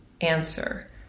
answer